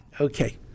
Okay